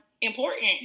important